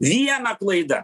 viena klaida